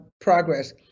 progress